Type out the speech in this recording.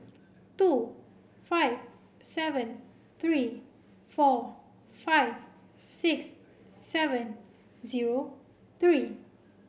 two five seven three four five six seven zero three